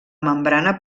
membrana